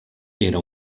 era